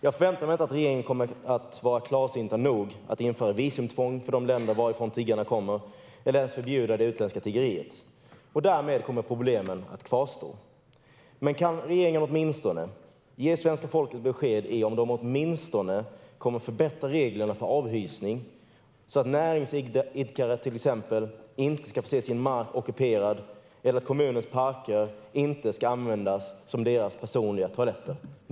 Jag förväntar mig inte att regeringen kommer att vara klarsynt nog att införa visumtvång för de länder varifrån tiggarna kommer eller att ens förbjuda det utländska tiggeriet. Därmed kommer problemen att kvarstå. Men kan regeringen i alla fall ge svenska folket besked om ifall ni åtminstone kommer att förbättra reglerna för avhysning så att näringsidkare till exempel inte ska få se sin mark ockuperad eller så att kommunens parker inte ska användas som tiggarnas personliga toaletter?